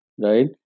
right